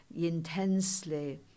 intensely